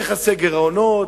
יכסה גירעונות.